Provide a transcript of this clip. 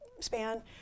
Span